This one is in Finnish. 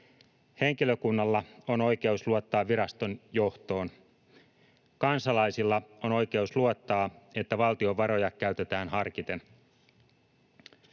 Henkilökunnalla on oikeus luottaa viraston johtoon. Kansalaisilla on oikeus luottaa, että valtion varoja käytetään harkiten.